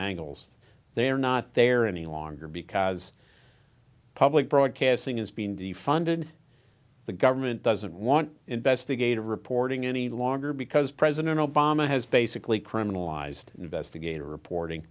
angles they are not there any longer because public broadcasting is being defunded the government doesn't want investigative reporting any longer because president obama has basically criminalized investigative reporting